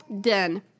Done